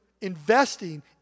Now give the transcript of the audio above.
investing